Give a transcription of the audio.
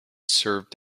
served